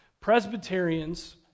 Presbyterians